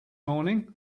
morning